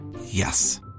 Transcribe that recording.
Yes